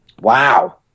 wow